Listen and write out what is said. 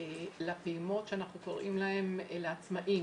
לפעימות לעצמאים.